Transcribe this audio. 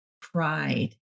pride